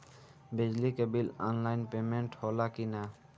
बिजली के bill online payment होला कि ना?